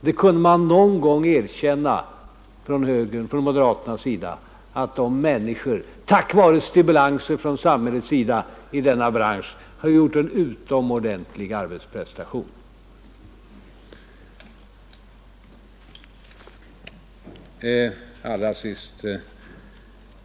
Man kunde gott erkänna någon gång från moderaternas sida att människorna i denna bransch tack vare stimulans från samhället gjort en utomordentlig arbetsprestation.